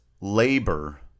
labor